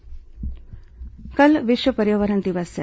विश्व पर्यावरण दिवस कल विश्व पर्यावरण दिवस है